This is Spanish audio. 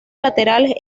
laterales